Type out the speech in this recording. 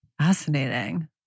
Fascinating